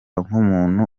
nk’umuntu